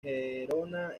gerona